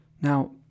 Now